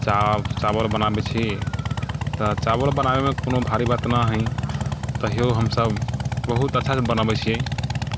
चाव चावल बनाबैत छी तऽ चावल बनाबयमे कोनो भारी बात ना हइ तैयो हमसभ बहुत अच्छासँ बनबैत छियै